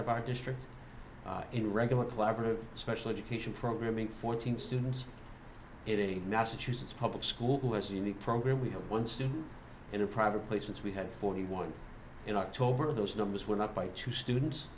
of our district in regular collaborative special education programming fourteen students massachusetts public school has a unique program we have one student in a private place since we had forty one in october those numbers were not by two students